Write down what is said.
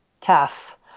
tough